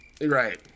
Right